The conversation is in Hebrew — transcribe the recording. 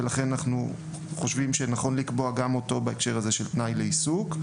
ולכן אנחנו חושבים שנכון לקבוע גם אותו בהקשר של תנאי לעיסוק.